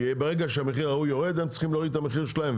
כי ברגע שהמחיר ההוא יורד אז הם צריכים להוריד את המחיר שלהם,